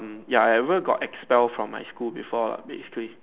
ya I ever got expel from my school before lah basically